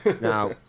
now